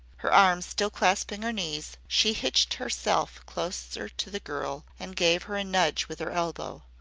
her arms still clasping her knees, she hitched herself closer to the girl and gave her a nudge with her elbow.